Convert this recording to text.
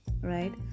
right